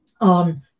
on